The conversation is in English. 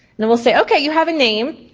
and it will say okay, you have a name,